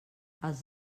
els